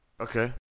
Okay